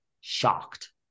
shocked